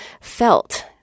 felt